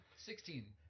Sixteen